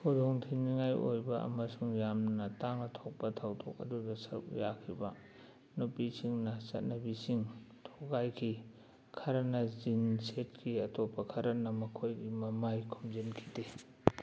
ꯈꯨꯗꯣꯡ ꯊꯤꯅꯤꯡꯉꯥꯏ ꯑꯣꯏꯕ ꯑꯃꯁꯨꯡ ꯌꯥꯝꯅ ꯇꯥꯡꯅ ꯊꯣꯛꯄ ꯊꯧꯗꯣꯛ ꯑꯗꯨꯗ ꯁꯔꯨꯛ ꯌꯥꯈꯤꯕ ꯅꯨꯄꯤꯁꯤꯡꯅ ꯆꯠꯅꯕꯤꯁꯤꯡ ꯊꯨꯒꯥꯏꯈꯤ ꯈꯔꯅ ꯖꯤꯟꯁ ꯁꯦꯠꯈꯤ ꯑꯇꯣꯞꯄ ꯈꯔꯅ ꯃꯈꯣꯏꯒꯤ ꯃꯃꯥꯏ ꯈꯨꯝꯖꯟꯈꯤꯗꯦ